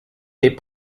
des